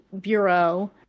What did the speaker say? bureau